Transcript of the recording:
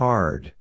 Hard